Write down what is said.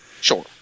sure